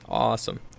Awesome